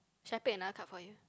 shall I paid another cup for you